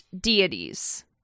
deities